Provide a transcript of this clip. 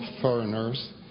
foreigners